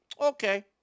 Okay